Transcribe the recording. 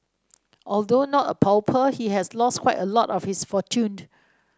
although not a pauper he has lost quite a lot of his fortune